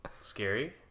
scary